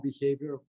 behavior